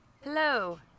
Hello